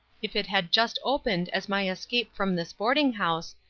if it had just opened as my escape from this boarding house,